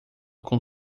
com